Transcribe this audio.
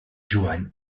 joan